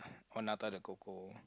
oh Nata-De-Coco